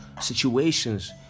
situations